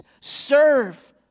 Serve